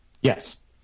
Yes